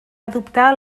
adoptar